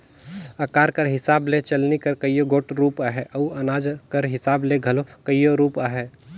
अकार कर हिसाब ले चलनी कर कइयो गोट रूप अहे अउ अनाज कर हिसाब ले घलो कइयो रूप अहे